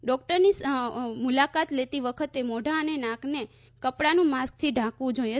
ડોક્ટરની મુલાકત લેતી વખતે મોંઢા અને નાકને કપડાનું માસ્કથી ઢાંકવું જોઈએ